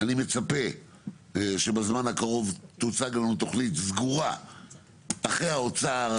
אני מצפה שבזמן הקרוב תוצג לנו תוכנית סגורה אחרי האוצר,